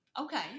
Okay